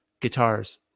guitars